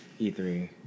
E3